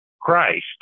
Christ